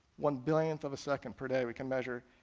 one billionth of a second per day we can measure.